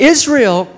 Israel